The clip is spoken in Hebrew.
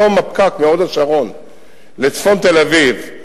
היום הפקק מהוד-השרון לצפון תל-אביב,